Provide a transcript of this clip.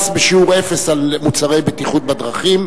מס בשיעור אפס על מוצרי בטיחות בדרכים),